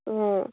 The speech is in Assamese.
অঁ